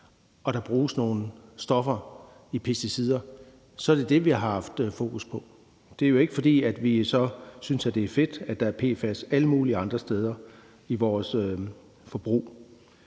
bruges nogle stoffer. Det er det, vi har haft fokus på, og det er jo ikke, fordi vi så synes, at det er fedt, at der er PFAS alle mulige andre steder i vores forbrug.